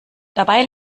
dabei